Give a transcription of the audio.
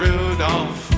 Rudolph